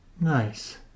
Nice